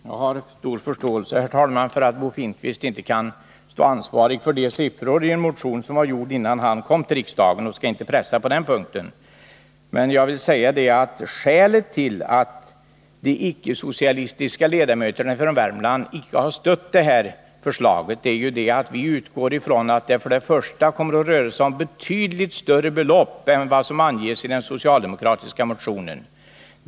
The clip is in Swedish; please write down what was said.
Herr talman! Jag har stor förståelse för att Bo Finnkvist inte kan stå ansvarig för siffror i en motion som skrivits innan han kom till riksdagen, och jag skall inte pressa honom på den punkten. Men jag vill säga att skälet till att de icke-socialistiska ledamöterna från Värmland inte har stött förslaget är att vi utgår från att det först och främst kommer att röra sig om betydligt större belopp än vad som anges i den socialdemokratiska motionen.